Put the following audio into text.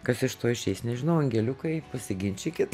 kas iš to išeis nežinau angeliukai pasiginčykit